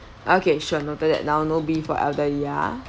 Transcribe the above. okay sure noted that now no beef for elderly ah